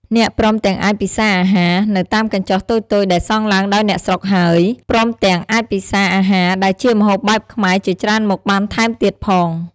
អ្នកព្រមទាំងអាចពិសាអាហារ នៅតាមកញ្ចុះតូចៗដែលសង់ឡើងដោយអ្នកស្រុកហើយ ព្រមទាំងអាចពិសាអាហារដែលជាម្ហូបបែបខ្មែរជាច្រើនមុខបានថែមទៀតផង។